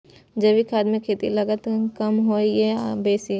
जैविक खाद मे खेती के लागत कम होय ये आ बेसी?